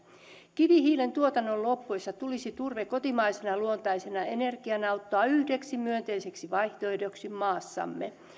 kivihiilen tuotannon loppuessa tulisi turve kotimaisena luontaisena energiana ottaa yhdeksi myönteiseksi vaihtoehdoksi maassamme